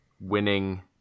winning